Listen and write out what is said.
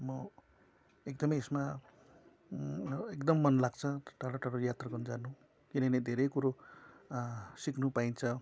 म एकदम यसमा एकदम मन लाग्छ टाडा टाडा यात्रा गर्नु जानु किनभने धेरै कुरो सिक्नु पाइन्छ